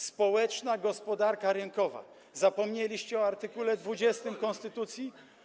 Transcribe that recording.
Społeczna gospodarka rynkowa, zapomnieliście o art. 20 konstytucji.